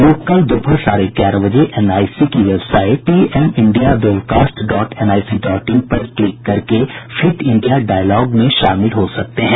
लोग कल दोपहर साढ़े ग्यारह बजे एन आई सी की website PM India webcast dot NIC dot in पर क्लिक करके फिट इंडिया डायलॉग में शामिल हो सकते हैं